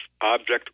object